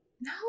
No